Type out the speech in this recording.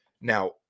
Now